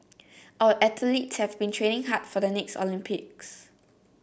our athletes have been training hard for the next Olympics